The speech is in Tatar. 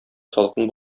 салкын